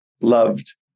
loved